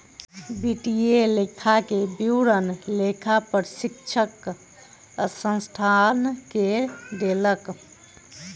वित्तीय लेखा के विवरण लेखा परीक्षक संस्थान के देलक